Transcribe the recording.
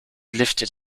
lifted